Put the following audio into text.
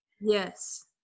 yes